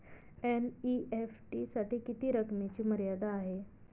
NEFT साठी किती रकमेची मर्यादा आहे?